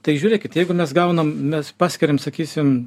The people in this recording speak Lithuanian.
tai žiūrėkit jeigu mes gaunam mes paskiriam sakysim